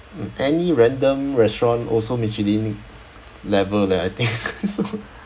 mm any random restaurant also michelin level leh I think so